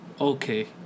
Okay